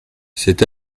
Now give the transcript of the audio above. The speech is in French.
c’est